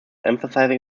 emphasise